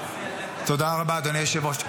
תודה רבה, אדוני היושב-ראש.